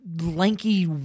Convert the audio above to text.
lanky